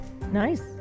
nice